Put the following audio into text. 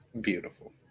Beautiful